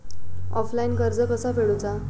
Offline कर्ज कसा फेडूचा?